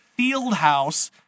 Fieldhouse